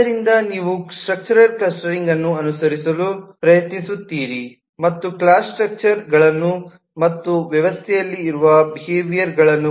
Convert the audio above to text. ಆದ್ದರಿಂದ ನೀವು ರಚನಾತ್ಮಕ ಕ್ಲಸ್ಟರಿಂಗ್ ಅನ್ನು ಅನುಸರಿಸಲು ಪ್ರಯತ್ನಿಸುತ್ತಿದ್ದೀರಿ ಮತ್ತು ಕ್ಲಾಸ್ ರಚನೆಗಳನ್ನು ಗುರುತಿಸುತ್ತೀರಿ ಮತ್ತು ವ್ಯವಸ್ಥೆಯಲ್ಲಿ ಇರುವ ಬಿಹೇವಿಯರ್ಗಳು